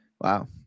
Wow